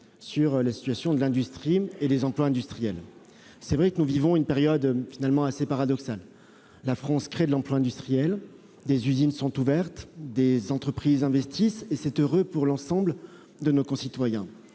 sur celle de l'industrie et des emplois industriels. Nous vivons, il est vrai, une période assez paradoxale. La France crée de l'emploi industriel, des usines sont ouvertes, des entreprises investissent, et c'est heureux pour l'ensemble de nos concitoyens.